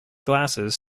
glasses